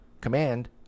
Command